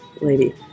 lady